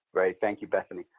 thank you, bethany.